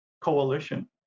coalition